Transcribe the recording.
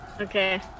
Okay